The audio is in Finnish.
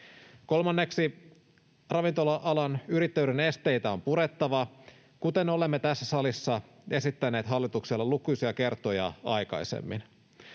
Kolmanneksi, ravintola-alan yrittäjyyden esteitä on purettava, kuten olemme tässä salissa esittäneet hallitukselle lukuisia kertoja aikaisemmin.